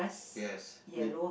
yes with~